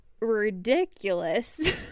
ridiculous